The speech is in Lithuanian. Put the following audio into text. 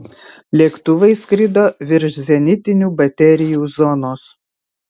lėktuvai skrido virš zenitinių baterijų zonos